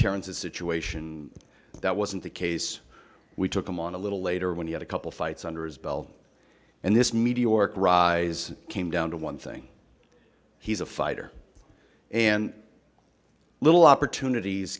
terence's situation that wasn't the case we took him on a little later when he had a couple fights under his belt and this meteoric rise came down to one thing he's a fighter and little opportunities